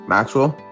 Maxwell